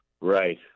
Right